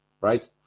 right